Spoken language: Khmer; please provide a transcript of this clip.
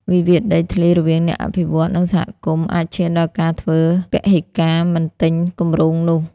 វិវាទដីធ្លីរវាងអ្នកអភិវឌ្ឍន៍ និងសហគមន៍ អាចឈានដល់ការធ្វើពហិការមិនទិញគម្រោងនោះ។